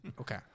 Okay